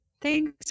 thanks